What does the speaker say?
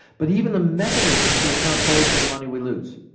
but even the mechanisms to account fully for the money we lose.